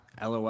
LOL